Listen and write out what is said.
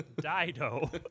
Dido